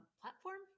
platform